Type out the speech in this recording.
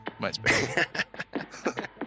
MySpace